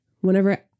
whenever